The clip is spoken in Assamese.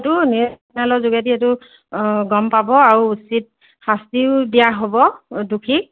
এইটো নিইজ চেনেলৰ যোগেদি এইটো গম পাব আৰু উচিত শাস্তিও দিয়া হ'ব দোষীক